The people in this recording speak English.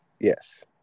Yes